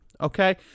okay